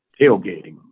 tailgating